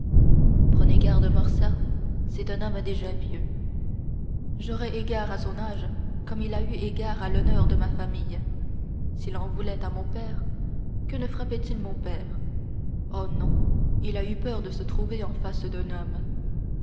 prenez garde morcerf c'est un homme déjà vieux j'aurai égard à son âge comme il a eu égard à l'honneur de ma famille s'il en voulait à mon père que ne frappait il mon père oh non il a eu peur de se trouver en face d'un homme